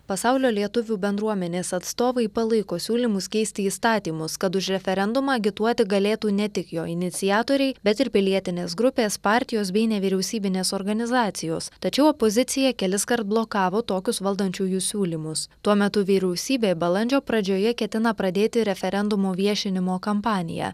pasaulio lietuvių bendruomenės atstovai palaiko siūlymus keisti įstatymus kad už referendumą agituoti galėtų ne tik jo iniciatoriai bet ir pilietinės grupės partijos bei nevyriausybinės organizacijos tačiau opozicija keliskart blokavo tokius valdančiųjų siūlymus tuo metu vyriausybė balandžio pradžioje ketina pradėti referendumo viešinimo kampaniją